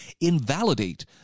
invalidate